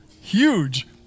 huge